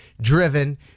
driven